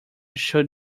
should